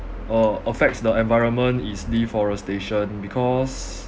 uh affects the environment is deforestation because